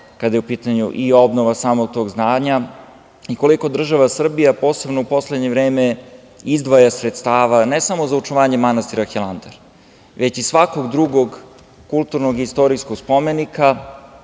kada je u pitanju i obnova samog tog zdanja i koliko država Srbija, posebno u poslednje vreme izdvaja sredstava, ne samo za očuvanje manastira Hilandar, već i svakog drugog kulturno-istorijskog spomenika. Mi